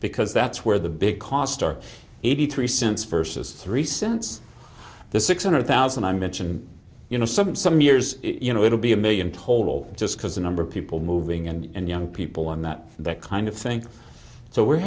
because that's where the big cost are eighty three cents versus three cents the six hundred thousand i mentioned you know some some years you know it'll be a million total just because the number of people moving and young people in that kind of thing so we're